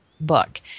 Book